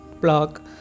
block